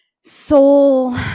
soul